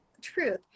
truth